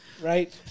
Right